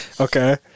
Okay